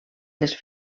les